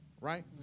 Right